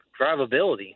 drivability